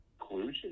inclusion